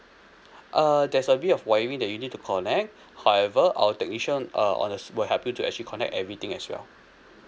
err there's a bit of wiring that you need to connect however our technician uh on a will help you to actually connect everything as well